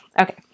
Okay